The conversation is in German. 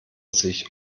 sich